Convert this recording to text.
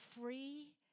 free